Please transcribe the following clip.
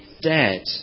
dead